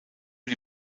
die